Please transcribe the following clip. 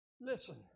Listen